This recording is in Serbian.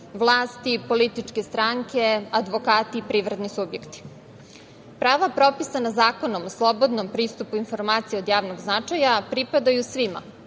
vlasti, političke stranke, advokati, privredni subjekti. Prava propisana Zakonom o slobodnom pristupu informacijama od javnog značaja pripadaju svima